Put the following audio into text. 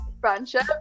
friendship